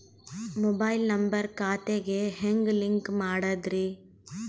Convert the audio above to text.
Mobile number ಖಾತೆ ಗೆ ಹೆಂಗ್ ಲಿಂಕ್ ಮಾಡದ್ರಿ?